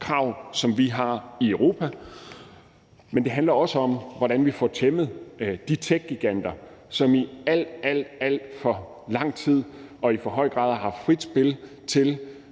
krav, som vi har i Europa. Men det handler også om, hvordan vi får tæmmet de techgiganter, som i alt, alt for lang tid og i for høj grad har haft frit spil til